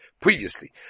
previously